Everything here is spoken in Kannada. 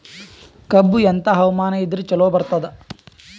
ಕಬ್ಬು ಎಂಥಾ ಹವಾಮಾನ ಇದರ ಚಲೋ ಬರತ್ತಾದ?